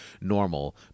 normal